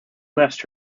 left